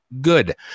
Good